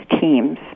teams